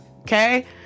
okay